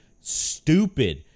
stupid